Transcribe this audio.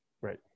Right